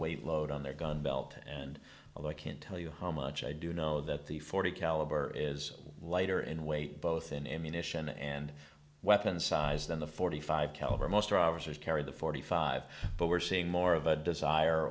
weight load on their gun belt and although i can't tell you how much i do know that the forty caliber is lighter in weight both in emission and weapon size than the forty five caliber most are ours which carry the forty five but we're seeing more of a desire